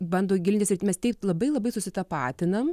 bando gilinti ir mes taip labai labai susitapatinam